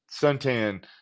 suntan